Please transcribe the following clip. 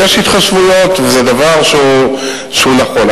ויש התחשבויות, וזה דבר שהוא נכון.